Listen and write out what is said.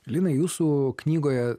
linai jūsų knygoje